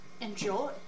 Enjoy